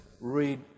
read